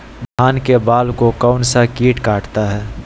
धान के बाल को कौन सा किट काटता है?